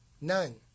None